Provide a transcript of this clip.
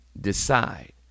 Decide